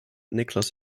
nicholas